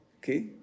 Okay